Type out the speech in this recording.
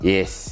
Yes